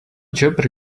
job